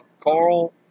Carl